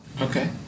Okay